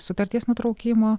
sutarties nutraukimo